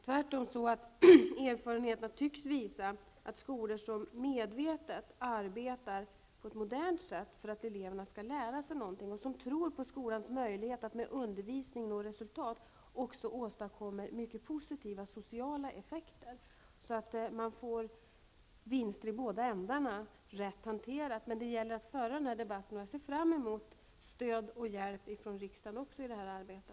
Tvärtom tycks erfarenheterna visa att skolor som medvetet arbetar på ett modernt sätt för att eleverna skall lära sig något och som tror på skolans möjligheter att med undervisning nå resultat också åstadkommer mycket positiva sociala effekter. Rätt hanterat blir det vinster i båda dessa avseenden. Jag ser fram emot riksdagens stöd och hjälp i arbetet att föra debatten vidare.